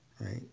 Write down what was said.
right